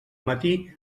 matí